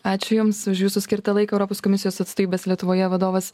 ačiū jums už jūsų skirtą laiką europos komisijos atstovybės lietuvoje vadovas